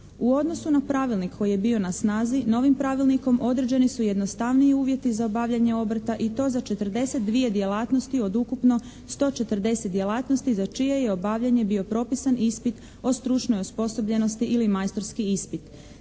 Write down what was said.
U odnosu na pravilnik koji je bio na snazi novim pravilnikom određeni su jednostavniji uvjeti za obavljanje obrta i to za 42 djelatnosti od ukupno 140 djelatnosti za čije je obavljanje bio propisan ispit o stručnoj osposobljenosti ili majstorski ispit.